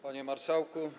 Panie Marszałku!